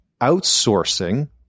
outsourcing